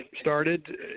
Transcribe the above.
started